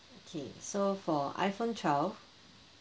okay so for iphone twelve